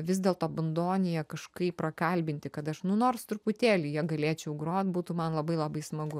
vis dėlto bandoniją kažkaip prakalbinti kad dažnu nors truputėlį ją galėčiau grot būtų man labai labai smagu